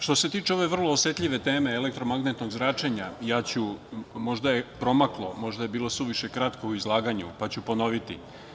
Što se tiče ove vrlo osetljive teme elektromagnetnog zračenja, ja ću, možda je promaklo, možda je bilo suviše kratko u izlaganju, ponoviti.